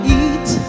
eat